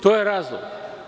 To je razlog.